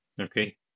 Okay